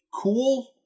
cool